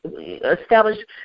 establish